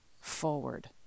forward